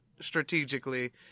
strategically